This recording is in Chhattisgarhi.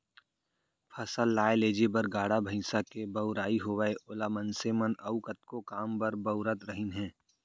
फसल लाए लेजे बर गाड़ा भईंसा के बउराई होवय ओला मनसे मन अउ कतको काम बर बउरत रहिन हें